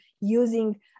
using